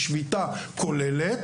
אנשים ששואלים עצמם: